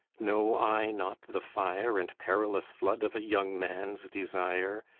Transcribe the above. know i not the fire and perilous flood of a young man's desire,